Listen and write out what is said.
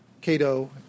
Cato